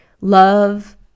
love